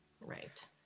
Right